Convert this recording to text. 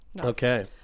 Okay